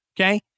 Okay